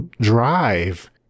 drive